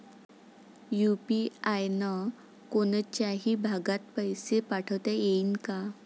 UPI न कोनच्याही भागात पैसे पाठवता येईन का?